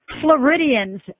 Floridians